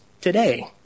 today